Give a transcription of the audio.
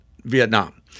Vietnam